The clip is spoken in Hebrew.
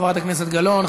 חברת הכנסת גלאון.